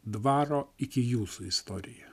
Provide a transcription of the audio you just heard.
dvaro iki jūsų istorija